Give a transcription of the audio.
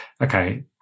okay